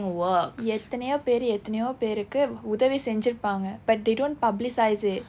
எத்தனையோ பேர் எத்தனையோ பேருக்கு உதவி செஞ்சாருப்பாங்க:etthanaiyo paer etthanaiyo paerukku uthavi senjirupaanga but they don't publicize it